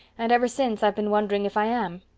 and ever since i've been wondering if i am.